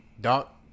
Doc